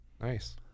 Nice